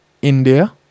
India